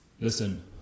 Listen